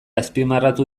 azpimarratu